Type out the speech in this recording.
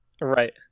Right